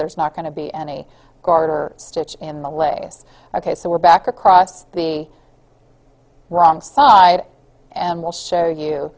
there's not going to be any garter stitch in the legs ok so we're back across the wrong side and we'll show you